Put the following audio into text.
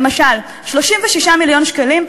למשל משרד התקשורת,